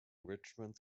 richmond